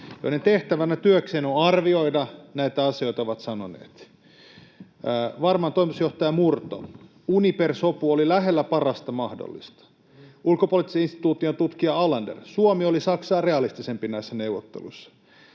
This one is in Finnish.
joiden tehtävänä työkseen on arvioida näitä asioita, ovat sanoneet. Varman toimitusjohtaja Murto: Uniper-sopu oli lähellä parasta mahdollista. Ulkopoliittisen instituutin tutkija Ålander: Suomi oli Saksaa realistisempi näissä neuvotteluissa.